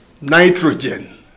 nitrogen